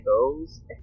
goes